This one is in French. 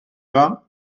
vingt